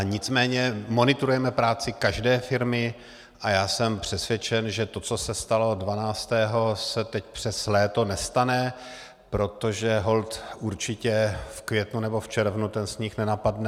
Nicméně monitorujeme práci každé firmy a já jsem přesvědčen, že to, co se stalo dvanáctého, se teď přes léto nestane, protože holt určitě v květnu nebo v červnu ten sníh nenapadne.